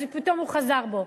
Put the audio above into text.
אז פתאום הוא חזר בו,